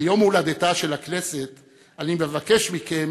ביום הולדתה של הכנסת אני מבקש מכם,